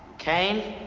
kane